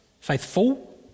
faithful